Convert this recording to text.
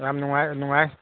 ꯌꯥꯝ ꯅꯨꯡꯉꯥꯏ ꯅꯨꯡꯉꯥꯏ